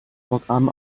programm